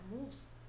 moves